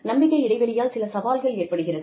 நம்பிக்கை இடைவெளியால் சில சவால்கள் ஏற்படுகிறது